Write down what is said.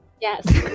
Yes